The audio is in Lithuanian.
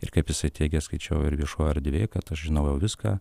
ir kaip jisai teigė skaičiau ir viešoj erdvėj kad aš žinojau viską